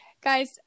Guys